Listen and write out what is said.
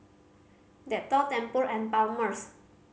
Dettol Tempur and Palmer's